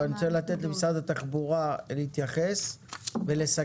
אני רוצה לתת למשרד התחבורה להתייחס ולסכם,